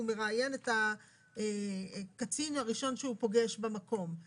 הוא מראיין את הקצין הראשון שהוא פוגש במקום.